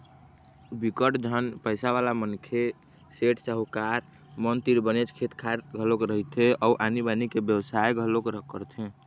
बिकट झन पइसावाला मनखे, सेठ, साहूकार मन तीर बनेच खेत खार घलोक रहिथे अउ आनी बाकी के बेवसाय घलोक करथे